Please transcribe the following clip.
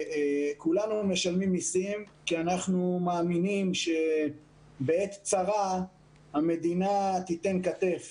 כולנו משלמים מיסים כי אנחנו מאמינים שבעת צרה המדינה תיתן כתף.